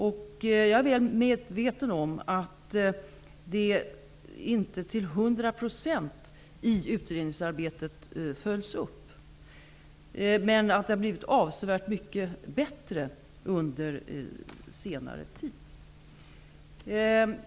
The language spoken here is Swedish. Jag är väl medveten om att det inte följs upp till hundra procent i utredningsarbetet, men det har blivit avsevärt mycket bättre under senare tid.